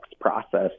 process